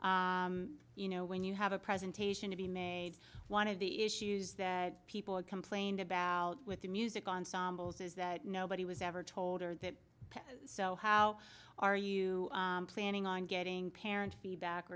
you know when you have a presentation to be made one of the issues that people complained about with the music ensembles is that nobody was ever told or that so how are you planning on getting parents feedback